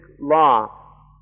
law